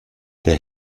der